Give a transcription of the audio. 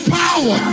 power